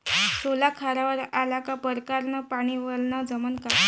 सोला खारावर आला का परकारं न पानी वलनं जमन का?